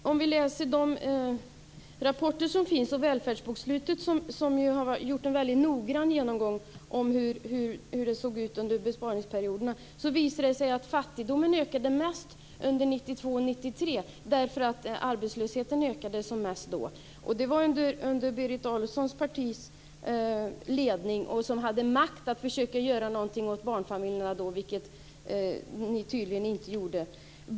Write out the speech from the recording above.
Fru talman! Om vi läser de rapporter som finns och välfärdsbokslutet, där man har gjort en väldigt noggrann genomgång av hur det såg ut under besparingsperioderna, visar det sig att fattigdomen ökade mest under 1992 och 1993 därför att arbetslösheten ökade som mest då. Det skedde under Berit Adolfssons partis ledning. Ni hade makt att försöka göra någonting åt barnfamiljerna då, vilket ni tydligen inte gjorde.